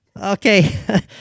Okay